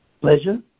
pleasure